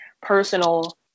personal